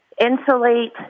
insulate